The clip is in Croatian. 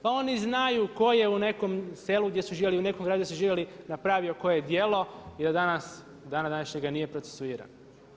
Pa oni znaju ko je u nekom selu gdje su živjeli, u nekom gradu gdje su živjeli napravio koje djelo i do dana današnjega nije procesuiran.